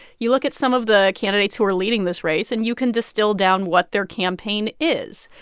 you look at some of the candidates who are leading this race, and you can distill down what their campaign is.